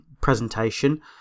presentation